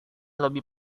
lebih